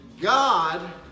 God